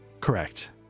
Correct